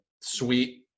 sweet